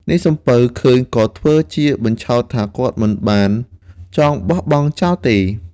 នាយសំពៅឃើញក៏ធ្វើជាបញ្ឆោតថាគាត់មិនបានចង់បោះបង់ចោលទេ។